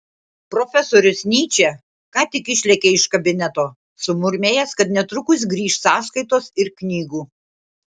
profesorius nyčė ką tik išlėkė iš kabineto sumurmėjęs kad netrukus grįš sąskaitos ir knygų